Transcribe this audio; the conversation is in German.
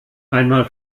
einmal